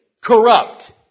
Corrupt